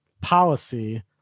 policy